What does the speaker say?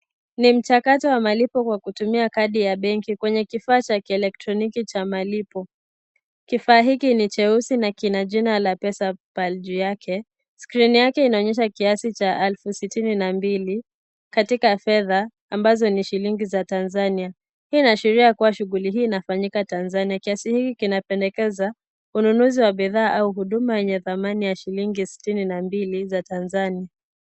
Ni mchakato wa malipo kwa kutumia kadi ya benki kwenye kifaa cha kielektroniki cha malipo. Kifaa hiki ni cheusi na kina jina la PesaPal juu yake. Skirini yake inaonyesha kiasi cha elfu sitini na mbili katika fedha ambazo ni pesa za Tanzania. Hii inaashiria shughli hii inafanyika Tanzania. Kiasi hiki kinapendekeza ununuzi wa bidhaa au huduma yenye thamani ya shilingi elfu sitini na mbili za Tanzania.